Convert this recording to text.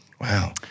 Wow